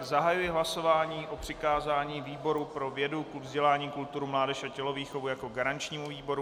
Zahajuji hlasování o přikázání výboru pro vědu, vzdělání, kulturu, mládež a tělovýchovu jako garančnímu výboru.